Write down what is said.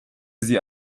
sie